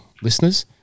listeners